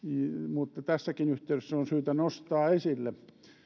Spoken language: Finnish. mutta tässäkin yhteydessä se on syytä nostaa esille